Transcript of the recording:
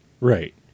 Right